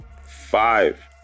five